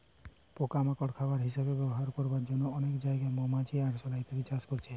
পোকা মাকড় খাবার হিসাবে ব্যবহার করবার জন্যে অনেক জাগায় মৌমাছি, আরশোলা ইত্যাদি চাষ করছে